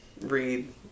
read